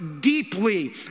deeply